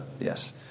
yes